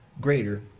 greater